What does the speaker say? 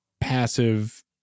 passive